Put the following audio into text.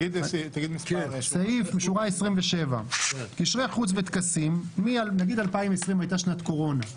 שורה 27. נניח 2020 הייתה שנת קורונה,